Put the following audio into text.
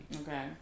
Okay